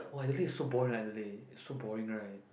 oh Adelaide is so boring Adelaide is so boring right